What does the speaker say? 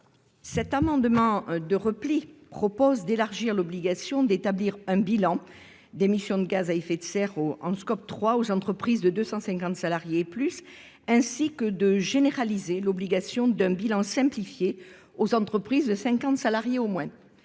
Cet amendement de repli vise à élargir l'obligation d'établir un Beges intégrant le scope 3 aux entreprises de 250 salariés et plus, ainsi qu'à généraliser l'obligation d'un bilan simplifié aux entreprises de 50 salariés au moins.